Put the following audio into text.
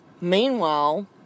meanwhile